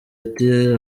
ati